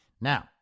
Now